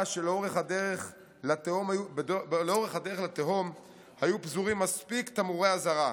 שלאורך הדרך לתהום היו פזורים מספיק תמרורי אזהרה,